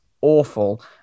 awful